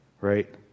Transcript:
right